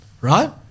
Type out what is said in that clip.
right